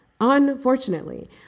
unfortunately